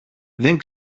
δεν